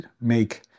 make